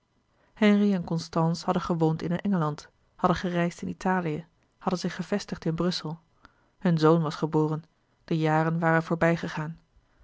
henri en constance hadden gewoond in engeland hadden gereisd in italië hadden zich gevestigd in brussel hun zoon was geboren de jaren waren voorbijgegaan